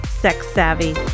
sex-savvy